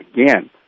again